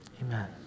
Amen